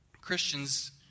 Christians